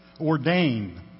ordained